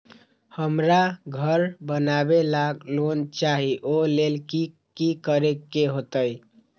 हमरा घर बनाबे ला लोन चाहि ओ लेल की की करे के होतई?